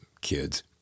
kids